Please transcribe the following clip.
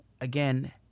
again